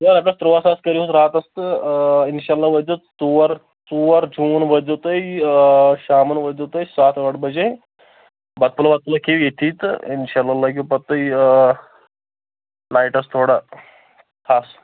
ہے اگر تُرٛواہ ساس کٔرۍ وُس راتَس تہٕ اِنشاءاللہ وٲتۍ زیو ژور ژور جوٗن وٲتۍ زیو تُہۍ شامَن وٲتۍ زیو تُہۍ سَتھ ٲٹھ بَجے بَتہٕ پھوٚلہ بَتہٕ پھوٚلہ کھیٚیِو ییٚتھٕے تہٕ اِنشاءاللہ لٲگِو پَتہٕ تُہۍ نایٹَس تھوڑا ٹھَس